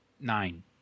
Nine